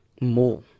more